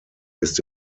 ist